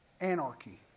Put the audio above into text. anarchy